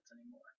anymore